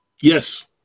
Yes